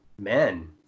men